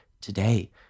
today